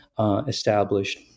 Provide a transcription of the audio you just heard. established